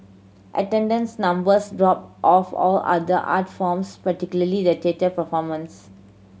attendance numbers dropped of all other art forms particularly the theatre performance